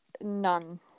none